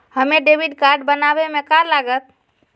हमें debit card बनाने में का लागत?